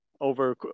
over